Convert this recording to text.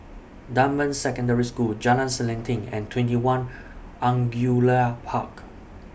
Dunman Secondary School Jalan Selanting and TwentyOne Angullia Park